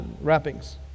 wrappings